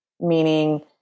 Meaning